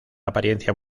apariencia